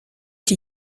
die